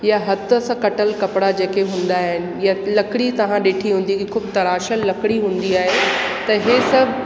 या हथ सां कटियल कपिड़ा जेके हूंदा आहिनि या लकड़ी तव्हां ॾिठी हूंदी कि ख़ूबु तरह सां लकड़ी हूंदी आहे त इहे सभु